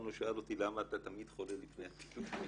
לא שאל אותי למה אתה תמיד חולה לפני הטיול.